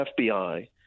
FBI